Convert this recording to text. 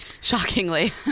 Shockingly